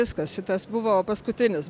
viskas šitas buvo paskutinis